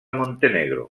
montenegro